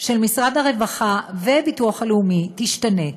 של משרד הרווחה והביטוח הלאומי תשתנה,